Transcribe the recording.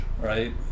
right